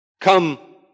Come